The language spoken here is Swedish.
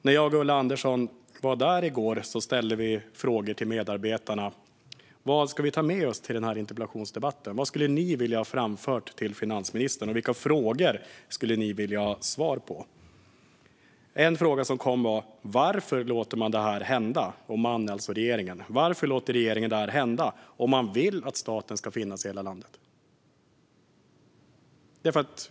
När jag och Ulla Andersson var där i går ställde vi frågor till medarbetarna om vad vi skulle ta med oss till den här interpellationsdebatten, vad de skulle vilja framföra till finansministern och vilka frågor de skulle vilja ha svar på. En fråga som kom var: Varför låter regeringen detta hända om man vill att staten ska finnas i hela landet?